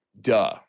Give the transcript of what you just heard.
duh